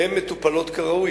הן מטופלות כראוי.